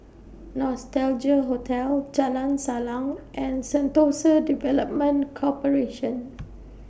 Nostalgia Hotel Jalan Salang and Sentosa Development Corporation